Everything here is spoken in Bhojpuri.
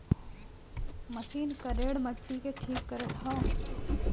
मशीन करेड़ मट्टी के ठीक करत हौ